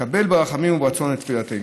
וקבל ברחמים וברצון את תפילתנו.